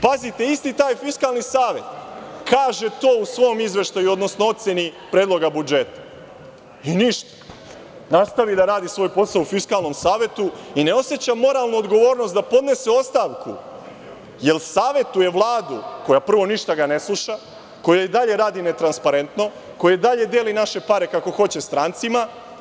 Pazite, isti taj Fiskalni savet kaže to u svom izveštaju, odnosno oceni predloga budžeta – i ništa, nastavi da radi svoj posao u Fiskalnom savetu i ne oseća moralnu odgovornost da podnese ostavku jer savetuje Vladu, koja ga prvo ništa ne sluša, koja i dalje radi netransparentno, koja i dalje deli naše pare kako hoće strancima.